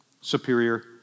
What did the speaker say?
superior